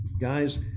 Guys